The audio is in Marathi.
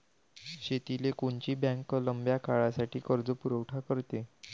शेतीले कोनची बँक लंब्या काळासाठी कर्जपुरवठा करते?